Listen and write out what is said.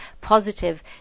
positive